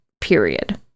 period